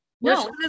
no